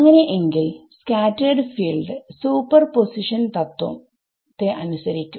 അങ്ങനെ എങ്കിൽ scattered field superposition തത്വം ത്തെ അനുസരിക്കും